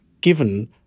Given